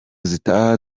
zitaha